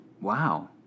wow